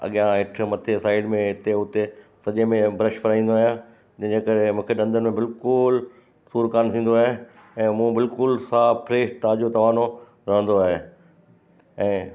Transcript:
अॻियां हेठि मथे साइड में हिते उते सॼे में ब्रश फ़िराईंदो आहियां जंहिं जे करे मूंखे ॾंद में बिल्कुलु सूरु कान थींदो आहे ऐं मुंहुं बिल्कुलु साफ़ु फ़्रेश ताज़ो तवानो रहंदो आहे ऐं